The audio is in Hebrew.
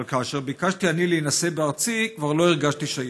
אבל כאשר ביקשתי להינשא בארצי כבר לא הרגשתי שייכת.